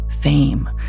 fame